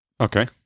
okay